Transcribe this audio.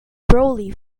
brolly